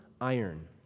iron